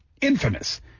infamous